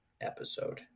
episode